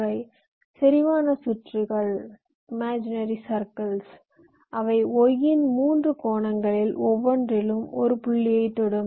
இவை செறிவான சுற்றுகள் அவை Y இன் 3 கோணங்களில் ஒவ்வொன்றிலும் ஒரு புள்ளியைத் தொடும்